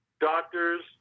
doctors